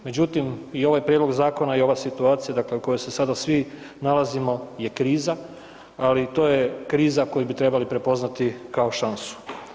Međutim, i ovaj prijedlog zakona i ova situacija u kojoj se sada svi nalazimo je kriza, ali to je kriza koju bi trebali prepoznati kao šansu.